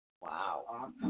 Wow